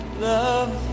Love